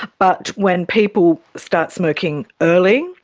but when people start smoking early,